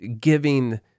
giving